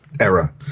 Era